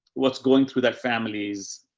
what's going through that families,